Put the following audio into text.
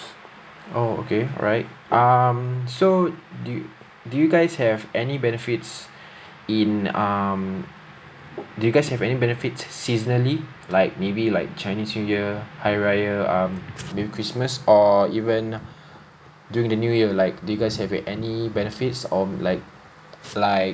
oh okay right um so do do you guys have any benefits in um do you guys have any benefits seasonally like maybe like chinese new year hari raya um maybe christmas or even during the new year like do you guys have any benefits on like like